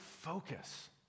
focus